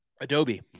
Adobe